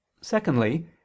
secondly